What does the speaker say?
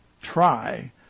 try